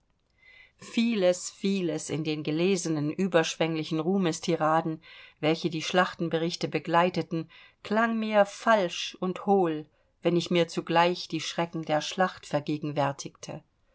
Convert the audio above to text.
vieles vieles in den gelesenen überschwänglichen ruhmestiraden welche die schlachtenberichte begleiteten klang mir falsch und hohl wenn ich mir zugleich die schrecken der schlacht vergegenwärtigte